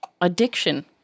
addiction